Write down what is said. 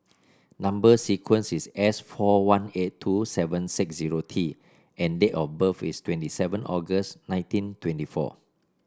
number sequence is S four one eight two seven six zero T and date of birth is twenty seven August nineteen twenty four